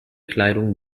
kleidung